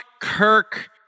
Kirk